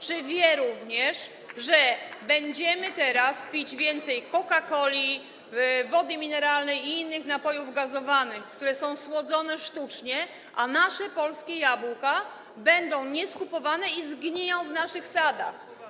Czy wie również, że będziemy teraz pić więcej coca-coli, wody mineralnej i innych napojów gazowanych, które są sztucznie słodzone, a nasze polskie jabłka nie będą skupowane i zgniją w naszych sadach?